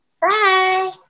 Bye